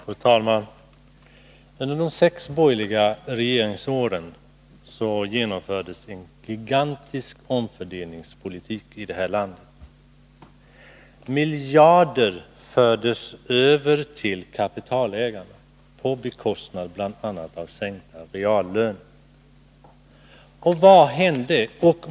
Fru talman! Under de sex borgerliga regeringsåren genomfördes en gigantisk omfördelningspolitik i det här landet. Miljarder överfördes till kapitalägarna, vilket bl.a. resulterade i sänkta reallöner.